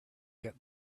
get